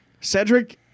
Cedric